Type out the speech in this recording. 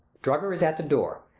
drugger is at the door,